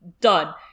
Done